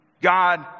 God